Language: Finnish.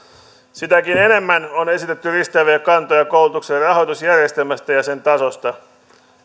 sitäkin enemmän on esitetty risteäviä kantoja koulutuksen rahoitusjärjestelmästä ja sen tasosta